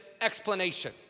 explanation